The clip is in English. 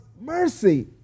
mercy